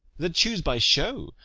that choose by show,